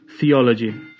theology